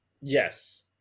Yes